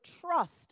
trust